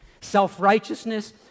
Self-righteousness